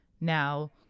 now